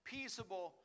peaceable